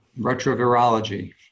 retrovirology